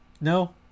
No